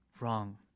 wrong